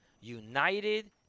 united